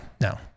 no